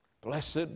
Blessed